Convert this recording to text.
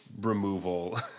removal